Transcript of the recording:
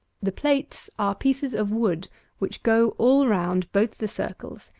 the plates are pieces of wood which go all round both the circles,